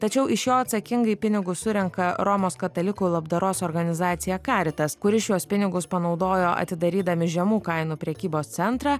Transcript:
tačiau iš jo atsakingai pinigus surenka romos katalikų labdaros organizacija karitas kuri šiuos pinigus panaudojo atidarydami žemų kainų prekybos centrą